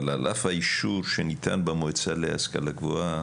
אבל על אף האישור שניתן במועצה להשכלה גבוהה